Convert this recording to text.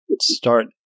start